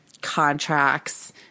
contracts